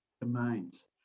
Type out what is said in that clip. domains